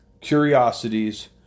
curiosities